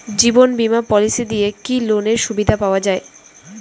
জীবন বীমা পলিসি দিয়ে কি লোনের সুবিধা পাওয়া যায়?